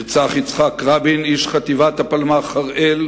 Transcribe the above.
נרצח יצחק רבין איש חטיבת הפלמ"ח הראל,